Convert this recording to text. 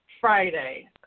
Friday